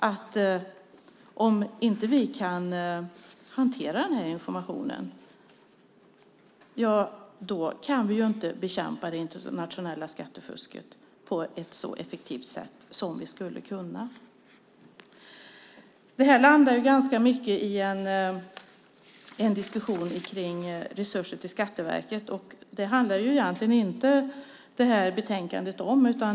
Om vi inte kan hantera den här informationen kan vi inte bekämpa det internationella skattefusket på ett så effektivt sätt som vi skulle kunna. Det här landar ganska mycket i en diskussion om resurser till Skatteverket. Det handlar egentligen inte betänkandet om.